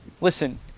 listen